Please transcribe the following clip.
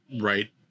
right